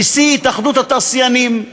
נשיא התאחדות התעשיינים,